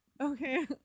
Okay